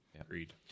Agreed